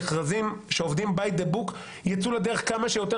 ושהמכרזים שעובדים by the book יצאו לדרך כמה שיותר